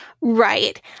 Right